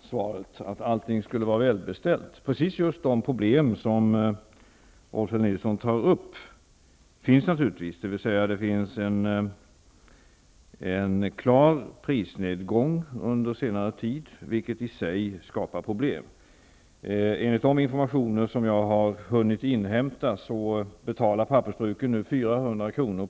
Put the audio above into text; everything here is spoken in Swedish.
svaret att allting skulle vara välbeställt. Exakt de problem som Rolf L Nilson tar upp förekommer naturligtvis. Det har skett en klar prisnedgång under senare tid, vilket i sig skapar problem. Enligt den information jag har hunnit inhämta betalar pappersbruken nu 400 kr.